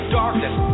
darkness